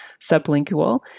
sublingual